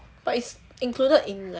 but is included in like